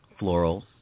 florals